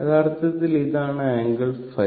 യഥാർത്ഥത്തിൽ ഇതാണ് ആംഗിൾ ϕ